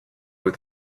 with